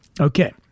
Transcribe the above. okay